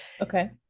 Okay